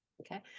okay